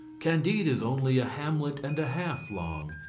candide is only a hamlet and a half long.